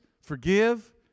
forgive